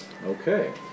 Okay